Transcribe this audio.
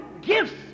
gifts